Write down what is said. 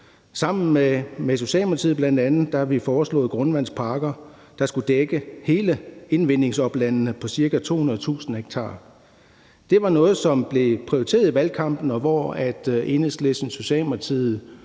sammen med bl.a. Socialdemokratiet under folketingsvalgkampen grundvandspakker, der skulle dække hele indvindingsoplandet på ca. 200.000 ha. Det var noget, som blev prioriteret i valgkampen, og hvor Enhedslisten,